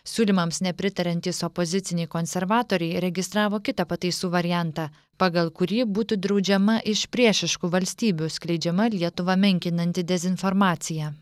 siūlymams nepritariantys opoziciniai konservatoriai registravo kitą pataisų variantą pagal kurį būtų draudžiama iš priešiškų valstybių skleidžiama lietuvą menkinanti dezinformacija